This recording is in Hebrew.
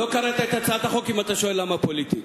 לא קראת את הצעת החוק אם אתה שואל למה פוליטית.